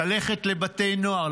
ללכת לבתי נוער,